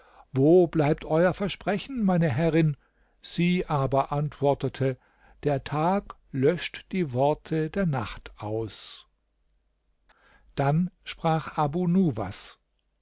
wo bleibt euer versprechen meine herrin sie aber antwortete der tag löscht die worte der nacht aus dann sprach abu nuwas